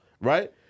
right